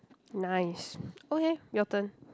nice okay your turn